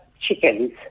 chickens